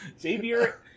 Xavier